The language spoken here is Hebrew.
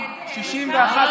קרעי, העם בחר בראש הממשלה.